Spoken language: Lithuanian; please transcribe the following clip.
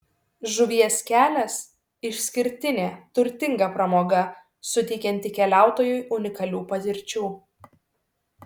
žuvies kelias išskirtinė turtinga pramoga suteikianti keliautojui unikalių patirčių